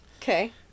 Okay